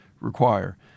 require